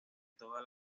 toda